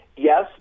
Yes